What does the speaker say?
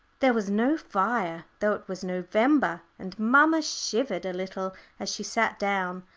there was no fire, though it was november, and mamma shivered a little as she sat down,